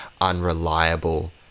unreliable